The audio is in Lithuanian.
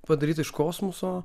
padaryta iš kosmoso